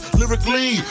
lyrically